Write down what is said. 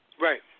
Right